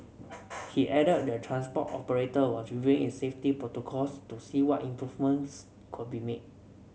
he added the transport operator was reviewing its safety protocols to see what improvements could be made